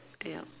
yup